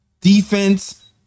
defense